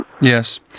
Yes